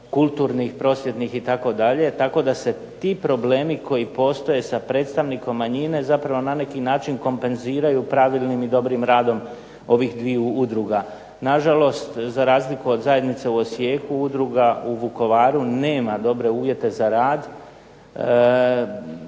kulturnih, prosvjetnih itd. Tako da se ti problemi koji postoje sa predstavnikom manjine zapravo na neki način kompenziraju pravilnim i dobrim radom ovih dviju udruga. Na žalost za razliku od zajednice u Osijeku udruga u Vukovaru nema dobre uvjete za rad.